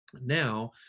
Now